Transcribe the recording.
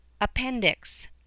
APPENDIX